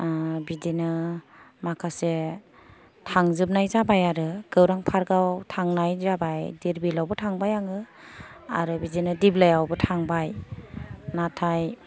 बिदिनो माखासे थांजोबनाय जाबाय आरो गौरां पार्क आव थांनाय जाबाय दिरबिलावबो थांबाय आङो आरो बिदिनो दिब्लाइयावबो थांबाय नाथाय